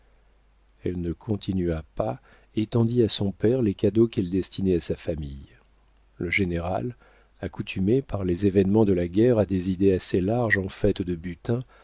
elle ne continua pas et tendit à son père les cadeaux qu'elle destinait à sa famille le général accoutumé par les événements de la guerre à des idées assez larges en fait de butin